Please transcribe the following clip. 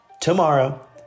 tomorrow